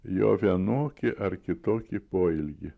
jo vienokį ar kitokį poelgį